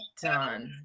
done